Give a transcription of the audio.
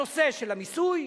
הנושא של המיסוי,